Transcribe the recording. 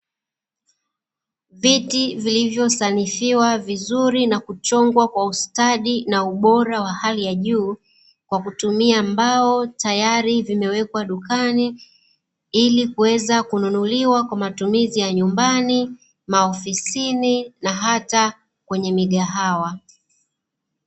Viti vilivyosanifiwa vizuri na kuchongwa kwa ustadi na ubora wa hali ya juu kwa kutumia mbao, tayari zimewekwa dukani ili kuweza kutumiwa kwa matumizi ya nyumbani, maofisini na hata kwenye migahawa.